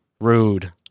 Rude